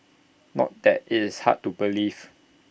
not that is hard to believe